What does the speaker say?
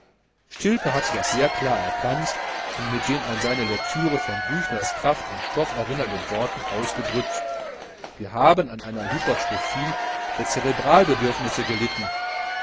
stilpe hatte das sehr klar erkannt und mit den an seine lektüre von büchners kraft und stoff erinnernden worten ausgedrückt wir haben an einer hypertrophie der cerebralbedürfnisse gelitten